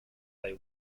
they